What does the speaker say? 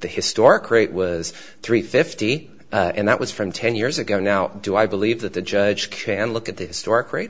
the historic rate was three fifty and that was from ten years ago now do i believe that the judge can look at this store create